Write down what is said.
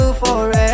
forever